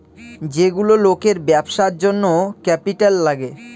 যেগুলো লোকের ব্যবসার জন্য ক্যাপিটাল লাগে